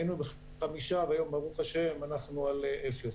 היינו בחמישה, והיום ברוך השם, אנחנו על אפס.